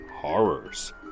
horrors